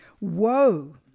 Woe